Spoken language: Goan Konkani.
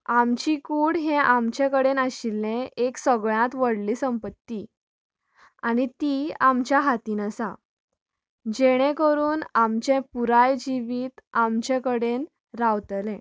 आमची कूड हें आमचे कडेन आशिल्लें एक सगळ्यांत व्हडली संपत्ती आनी ती आमच्या हातीन आसा जेणें करून आमचें पुराय जिवीत आमचे कडेन रावतलें